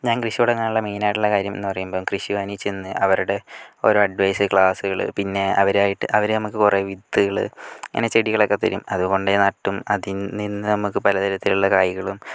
ഞാൻ കൃഷി തുടങ്ങാനുള്ള മെയിനായിട്ടുള്ള കാര്യം എന്ന് പറയുമ്പം കൃഷിഭവനിൽ ചെന്ന് അവരുടെ ഓരോ അഡ്വൈസ് ക്ലാസ്സുകൾ പിന്നെ അവരായിട്ട് അവർ നമുക്ക് കുറേ വിത്തുകൾ അങ്ങനെ ചെടികളൊക്കെ തരും അതുകൊണ്ട് നട്ടും അതിൽ നിന്ന് നമുക്ക് പലതരത്തിലുള്ള കായ്കളും